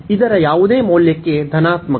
ಇದರ ಯಾವುದೇ ಮೌಲ್ಯಕ್ಕೆ ಧನಾತ್ಮಕ